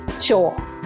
Sure